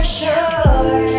sure